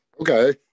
okay